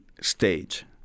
stage